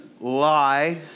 Lie